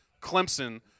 Clemson